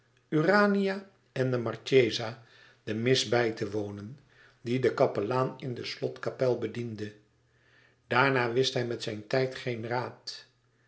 urania en de marchesa de mis bij te wonen die de kapelaan in de slotkapel bediende daarna wist hij met zijn tijd geen raad